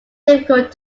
difficult